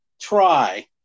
try